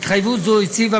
התחייבות זו הציבה,